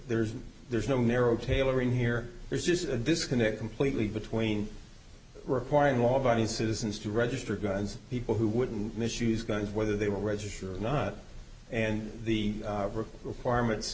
there's there's no narrow tailoring here there's just a disconnect completely between requiring law abiding citizens to register guns people who wouldn't misuse guns whether they will register or not and the requirement